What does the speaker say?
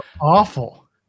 awful